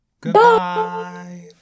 Goodbye